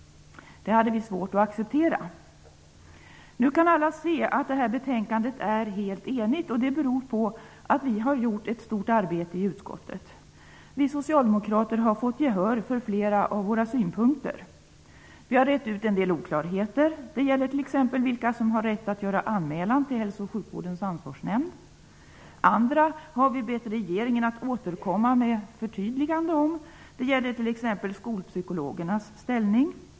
Detta hade vi svårt att acceptera. Som alla kan se är detta betänkande helt enigt. Det beror på att vi har lagt ner ett stort arbete i utskottet. Vi socialdemokrater har fått gehör för flera av våra synpunkter. Vi har rett ut en del oklarheter, t.ex. vilka som har rätt att göra anmälan till Hälso och sjukvårdens ansvarsnämnd. I en del andra frågor har vi bett regeringen att återkomma med förtydliganden. Det gäller t.ex. skolpsykologernas ställning.